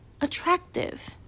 attractive